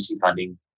funding